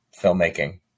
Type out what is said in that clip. filmmaking